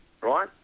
Right